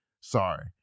Sorry